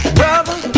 brother